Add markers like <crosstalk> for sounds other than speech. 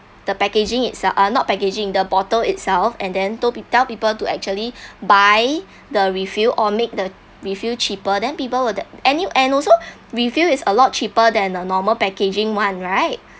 the packaging itse~ ah not packaging the bottle itself and then told pe~ tell people to actually <breath> buy <breath> the refill or make the refill cheaper then people would that and you and also refill is a lot cheaper than the normal packaging one right